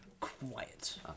Quiet